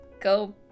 go